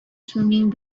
swimming